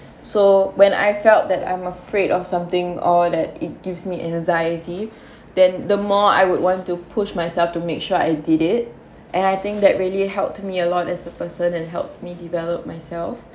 so when I felt that I'm afraid of something or that it gives me anxiety then the more I would want to push myself to make sure I did it and I think that really helped me a lot as a person and helped me develop myself